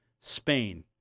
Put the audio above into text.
Spain